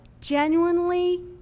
Genuinely